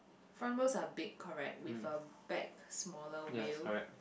front wheels are big correct with a back smaller wheel